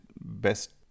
best